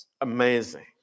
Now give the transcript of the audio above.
Amazing